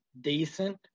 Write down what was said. decent